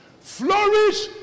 Flourish